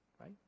Right